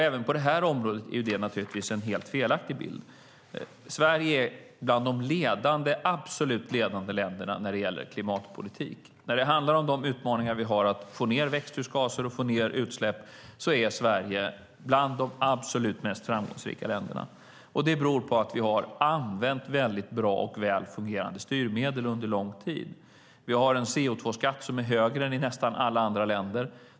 Även på detta område är det naturligtvis en helt felaktig bild. Sverige är bland de absolut ledande länderna när det gäller klimatpolitik. När det handlar om de utmaningar som vi har att minska växthusgaser och utsläpp är Sverige bland de absolut mest framgångsrika länderna. Det beror på att vi har använt mycket bra och väl fungerande styrmedel under lång tid. Vi har en CO2-skatt som är högre än i nästan alla andra länder.